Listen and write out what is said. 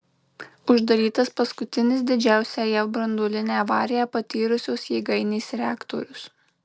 uždarytas paskutinis didžiausią jav branduolinę avariją patyrusios jėgainės reaktorius